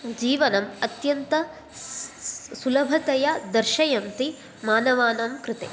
जीवनम् अत्यन्तसुलभतया दर्शयन्ति मानवानां कृते